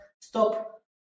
stop